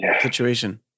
situation